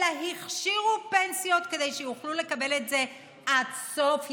אלא הכשירו פנסיות כדי שיוכלו לקבל את זה עד סוף ימיהם.